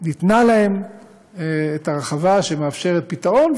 ניתנה להם הרחבה שמאפשרת פתרון,